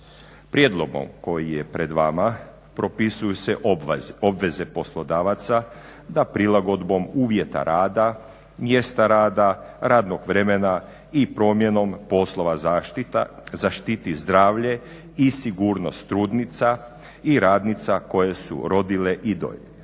Prijedlogom koji je pred vama propisuju se obveze poslodavaca da prilagodbom uvjeta rada, mjesta rada, radnog vremena i promjenom poslova zaštita zaštiti zdravlje i sigurnost trudnica i radnica koje su rodile i dojilje.